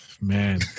Man